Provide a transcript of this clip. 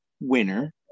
winner